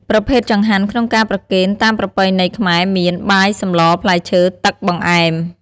ប្រភេទចង្ហាន់ក្នុងការប្រគេនតាមប្រពៃណីខ្មែរមាន បាយ សម្ល ផ្លែឈើ ទឹក បង្អែម។